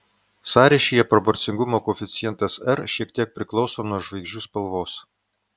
sąryšyje proporcingumo koeficientas r šiek tiek priklauso nuo žvaigždžių spalvos